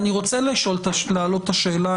אני רוצה להעלות את השאלה,